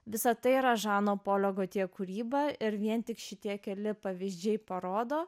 visa tai yra žano polio gotje kūryba ir vien tik šitie keli pavyzdžiai parodo